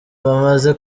bamaze